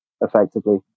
effectively